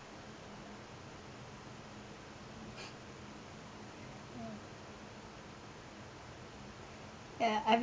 ya ya I